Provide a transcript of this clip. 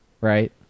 Right